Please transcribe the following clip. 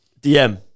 DM